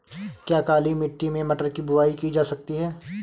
क्या काली मिट्टी में मटर की बुआई की जा सकती है?